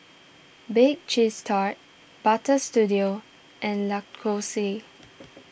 Bake Cheese Tart Butter Studio and Lacoste